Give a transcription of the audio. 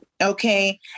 Okay